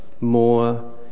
more